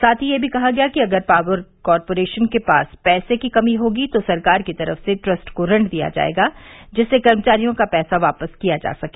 साथ ही यह भी कहा गया कि अगर पॉवर कॉरपोरेशन के पास पैसे की कमी होगी तो सरकार की तरफ से ट्रस्ट को ऋण दिया जायेगा जिससे कर्मचारियों का पैसा वापस किया जा सके